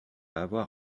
avoir